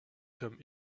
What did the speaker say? comme